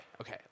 Okay